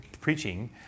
preaching